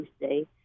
Tuesday